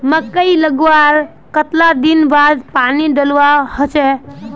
मकई लगवार कतला दिन बाद पानी डालुवा होचे?